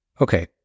Okay